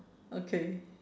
okay